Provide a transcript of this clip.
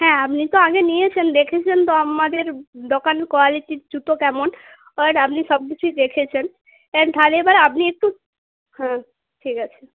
হ্যাঁ আপনি তো আগে নিয়েছেন দেখেছেন তো আমাদের দোকান কোয়ালিটির জুতো কেমন আর আপনি সবকিছুই দেখেছেন তাহলে এবার আপনি একটু হ্যাঁ ঠিক আছে